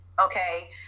okay